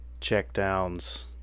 Checkdowns